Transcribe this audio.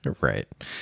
Right